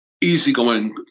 easygoing